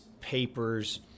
papers